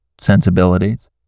sensibilities